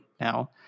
now